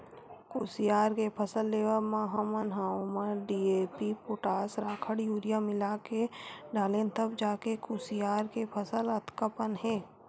कुसियार के फसल लेवब म हमन ह ओमा डी.ए.पी, पोटास, राखड़, यूरिया मिलाके डालेन तब जाके कुसियार के फसल अतका पन हे